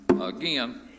again